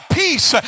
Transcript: peace